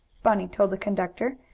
bunny told the conductor,